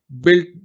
built